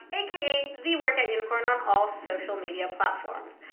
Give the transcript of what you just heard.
aka the workout unicorn on all social media platforms.